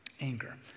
Anger